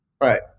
Right